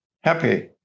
happy